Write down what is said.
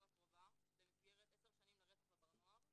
הקרובה במסגרת 10 שנים לרצח בבר נוער,